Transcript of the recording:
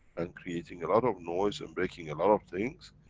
and creating a lot of noise, and breaking a lot of things,